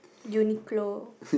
Uniqlo